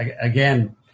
again